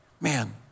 man